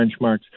benchmarks